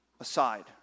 aside